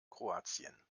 kroatien